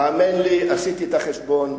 האמן לי, עשיתי את החשבון.